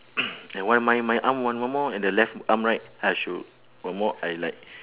and why my my arm one one more and the left arm right I should one more I like